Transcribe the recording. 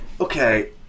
Okay